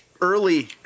early